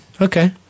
Okay